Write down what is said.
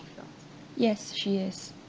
yes she is